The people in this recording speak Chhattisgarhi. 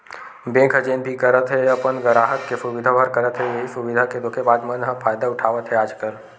बेंक ह जेन भी करत हे अपन गराहक के सुबिधा बर करत हे, इहीं सुबिधा के धोखेबाज मन ह फायदा उठावत हे आजकल